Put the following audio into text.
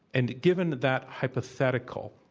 and, given that hypothetical,